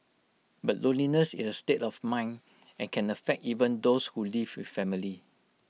but loneliness is A state of mind and can affect even those who live with family